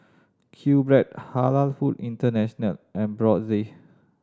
Q Bread Halal Foods International and Brotzeit